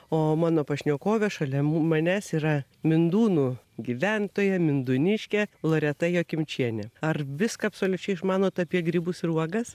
o mano pašnekovė šalia manęs yra mindūnų gyventoja mindūniškė loreta jokimčienė ar viską absoliučiai išmanot apie grybus ir uogas